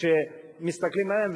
כשמסתכלים עליהם,